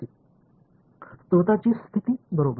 स्त्रोताची स्थिती बरोबर